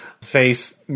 face